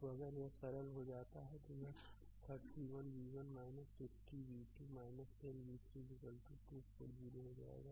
तो अगर यह सरल हो जाता है तो यह 31 v1 15 v2 10 v3 2 40 हो जाएगा